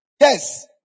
Yes